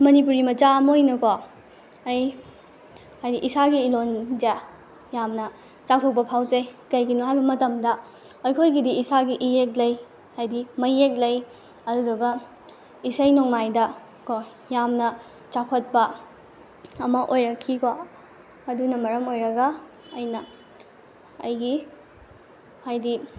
ꯃꯅꯤꯄꯨꯔꯤ ꯃꯆꯥ ꯑꯃ ꯑꯣꯏꯅꯀꯣ ꯑꯩ ꯍꯥꯏꯗꯤ ꯏꯁꯥꯒꯤ ꯏꯔꯣꯟꯁꯦ ꯌꯥꯝꯅ ꯆꯥꯎꯊꯣꯛꯄ ꯐꯥꯎꯖꯩ ꯀꯩꯒꯤꯅꯣ ꯍꯥꯏꯕ ꯃꯇꯝꯗ ꯑꯩꯈꯣꯏꯒꯤꯗꯤ ꯏꯁꯥꯒꯤ ꯏꯌꯦꯛ ꯂꯩ ꯍꯥꯏꯗꯤ ꯃꯌꯦꯛ ꯂꯩ ꯑꯗꯨꯗꯨꯒ ꯏꯁꯩ ꯅꯣꯡꯃꯥꯏꯗꯀꯣ ꯌꯥꯝꯅ ꯆꯥꯎꯈꯠꯄ ꯑꯃ ꯑꯣꯏꯔꯛꯈꯤꯀꯣ ꯑꯗꯨꯅ ꯃꯔꯝ ꯑꯣꯏꯔꯒ ꯑꯩꯅ ꯑꯩꯒꯤ ꯍꯥꯏꯗꯤ